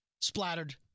Splattered